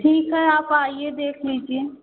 ठीक है आप आइए देख लीजिए